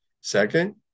Second